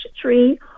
tree